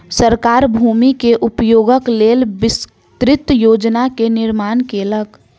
सरकार भूमि के उपयोगक लेल विस्तृत योजना के निर्माण केलक